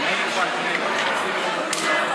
רגע.